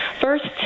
First